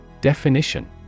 Definition